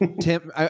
Tim